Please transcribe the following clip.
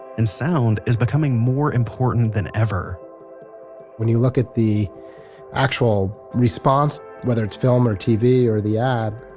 and sound is becoming more important than ever when you look at the actual response, whether it's film or tv, or the ad,